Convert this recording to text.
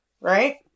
right